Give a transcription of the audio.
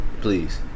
Please